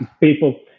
people